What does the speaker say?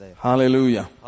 Hallelujah